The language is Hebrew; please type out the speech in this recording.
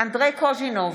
אנדרי קוז'ינוב,